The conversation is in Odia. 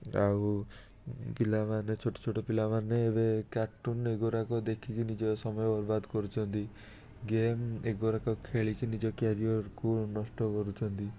ଆଉ ପିଲାମାନେ ଛୋଟଛୋଟ ପିଲାମାନେ ଏବେ କାର୍ଟୁନ୍ ଏଇଗୁଡ଼ାକ ଦେଖିକି ନିଜ ସମୟ ବର୍ବାଦ କରୁଛନ୍ତି ଗେମ୍ ଏଗୁଡ଼ାକ ଖେଳିକି ନିଜ କ୍ୟାରିଅର୍କୁ ନଷ୍ଟ କରୁଛନ୍ତି